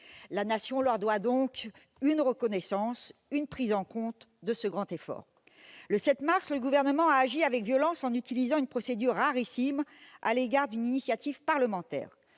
La Nation leur doit une forme de reconnaissance, de prise en compte de ce grand effort. Le 7 mars dernier, le Gouvernement a agi avec violence en utilisant une procédure rarissime à l'égard d'une initiative parlementaire.